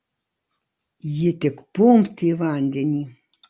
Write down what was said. ji tik pumpt į vandenį